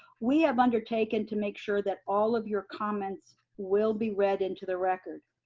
we have undertaken to make sure that all of your comments will be read into the record.